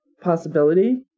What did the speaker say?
possibility